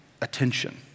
attention